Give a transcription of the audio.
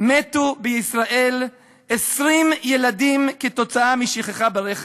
מתו בישראל 20 ילדים כתוצאה משכחתם ברכב.